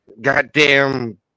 goddamn